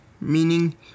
meaning